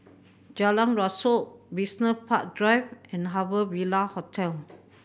Jalan Rasok Business Park Drive and Harbour Ville Hotel